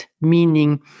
meaning